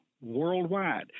worldwide